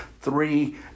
Three